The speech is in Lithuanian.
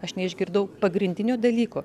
aš neišgirdau pagrindinio dalyko